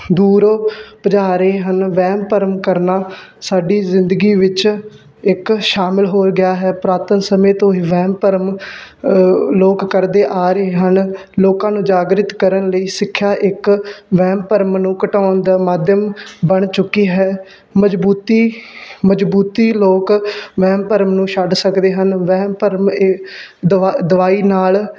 ਦੂਰੋਂ ਭਜਾ ਰਹੇ ਹਨ ਵਹਿਮ ਭਰਮ ਕਰਨਾ ਸਾਡੀ ਜ਼ਿੰਦਗੀ ਵਿੱਚ ਇੱਕ ਸ਼ਾਮਿਲ ਹੋ ਗਿਆ ਹੈ ਪੁਰਾਤਨ ਸਮੇਂ ਤੋਂ ਹੀ ਵਹਿਮ ਭਰਮ ਲੋਕ ਕਰਦੇ ਆ ਰਹੇ ਹਨ ਲੋਕਾਂ ਨੂੰ ਜਾਗਰਿਤ ਕਰਨ ਲਈ ਸਿੱਖਿਆ ਇੱਕ ਵਹਿਮ ਭਰਮ ਨੂੰ ਘਟਾਉਣ ਦਾ ਮਾਧਿਅਮ ਬਣ ਚੁੱਕੀ ਹੈ ਮਜ਼ਬੂਤੀ ਮਜ਼ਬੂਤੀ ਲੋਕ ਵਹਿਮ ਭਰਮ ਨੂੰ ਛੱਡ ਸਕਦੇ ਹਨ ਵਹਿਮ ਭਰਮ ਇਹ ਦਵਾ ਦਵਾਈ ਨਾਲ